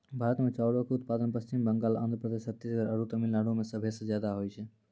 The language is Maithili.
भारत मे चाउरो के उत्पादन पश्चिम बंगाल, आंध्र प्रदेश, छत्तीसगढ़ आरु तमिलनाडु मे सभे से ज्यादा होय छै